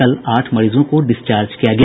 कल आठ मरीजों को डिस्चार्ज किया गया